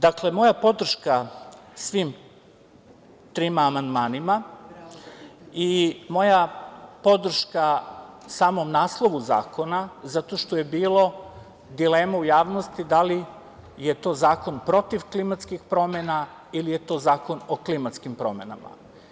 Dakle, moja podrška svim amandmanima i moja podrška samom naslovu zakona, zato što je bilo dilema u javnosti da li je to zakon protiv klimatskih promena ili je to zakon o klimatskim promenama.